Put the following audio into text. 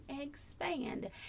expand